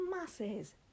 Masses